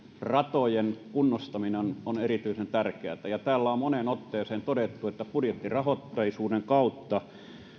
ratojen kunnostaminen on erityisen tärkeätä täällä on moneen otteeseen todettu että budjettirahoitteisuuden kautta